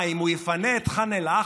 מה, אם הוא יפנה את ח'אן אל-אחמר